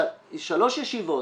שלוש ישיבות.